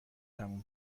تموم